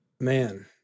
Man